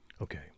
Okay